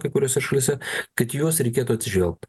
kai kuriose šalyse kad į juos reikėtų atsižvelgt